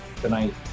tonight